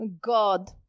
God